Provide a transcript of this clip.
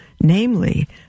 namely